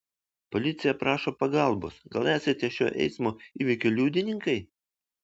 policija prašo pagalbos gal esate šio eismo įvykio liudininkai